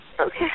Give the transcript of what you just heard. Okay